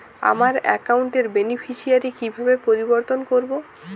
আমার অ্যাকাউন্ট র বেনিফিসিয়ারি কিভাবে পরিবর্তন করবো?